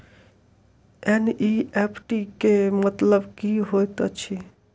NEFT केँ मतलब की होइत अछि?